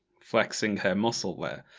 flexing her muscle there.